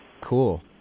Cool